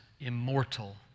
immortal